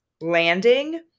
landing